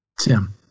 Tim